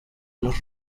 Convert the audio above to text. los